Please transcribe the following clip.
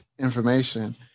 Information